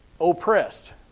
oppressed